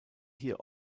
hier